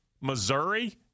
Missouri